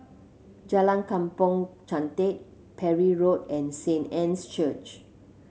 Jalan Kampong Chantek Parry Road and Saint Anne's Church